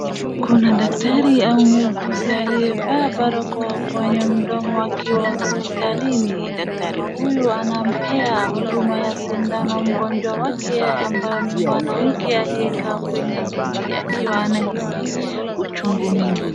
Kuna daktari au muuguzi aliyevaa barakoa kwenye mdomo akiwa hosipitalini. Daktari huyu anampea huduma ya sindano mgonjwa wake ambaye ni mwanamke aliyekaa kwenye kiti akiwa anahisi uchungu mwingi.